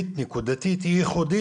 אנחנו נקדם תוכניות מפורטות.